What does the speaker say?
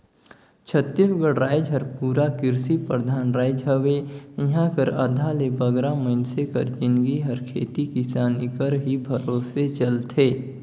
छत्तीसगढ़ राएज हर पूरा किरसी परधान राएज हवे इहां कर आधा ले बगरा मइनसे मन कर जिनगी हर खेती किसानी कर ही भरोसे चलथे